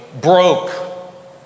broke